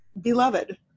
beloved